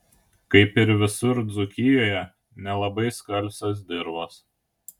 kaip ir visur dzūkijoje nelabai skalsios dirvos